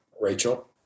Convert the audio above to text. Rachel